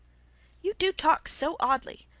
you do talk so oddly!